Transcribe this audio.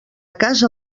casa